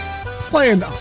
playing